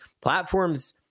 platforms